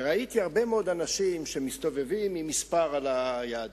וראיתי הרבה מאוד אנשים שמסתובבים עם מספר על היד,